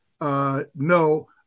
No